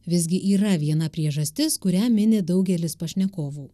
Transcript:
visgi yra viena priežastis kurią mini daugelis pašnekovų